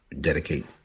dedicate